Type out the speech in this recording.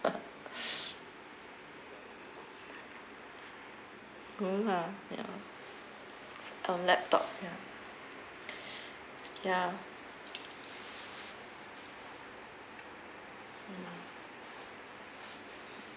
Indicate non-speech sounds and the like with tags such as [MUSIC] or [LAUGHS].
[LAUGHS] no lah ya on laptop ya ya mm